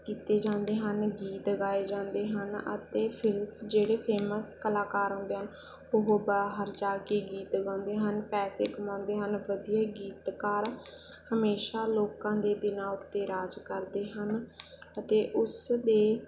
ਕੀਤੇ ਜਾਂਦੇ ਹਨ ਗੀਤ ਗਾਏ ਜਾਂਦੇ ਹਨ ਅਤੇ ਫਿਰ ਜਿਹੜੇ ਫੇਮਸ ਕਲਾਕਾਰ ਹੁੰਦੇ ਹਨ ਉਹ ਬਾਹਰ ਜਾ ਕੇ ਗੀਤ ਗਾਉਂਦੇ ਹਨ ਪੈਸੇ ਕਮਾਉਂਦੇ ਹਨ ਵਧੀਆ ਗੀਤਕਾਰ ਹਮੇਸ਼ਾ ਲੋਕਾਂ ਦੇ ਦਿਲਾਂ ਉੱਤੇ ਰਾਜ ਕਰਦੇ ਹਨ ਅਤੇ ਉਸਦੇ